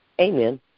Amen